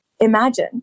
imagine